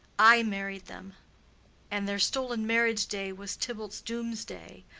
i married them and their stol'n marriage day was tybalt's doomsday,